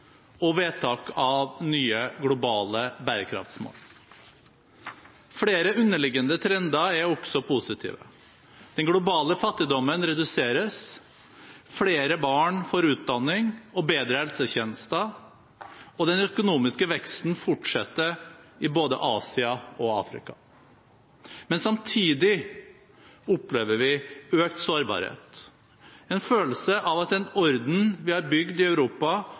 og vedtak av nye, globale bærekraftsmål. Flere underliggende trender er også positive: Den globale fattigdommen reduseres, flere barn får utdanning og bedre helsetjenester, og den økonomiske veksten fortsetter i både Asia og Afrika. Men samtidig opplever vi økt sårbarhet – en følelse av at den orden vi har bygd i Europa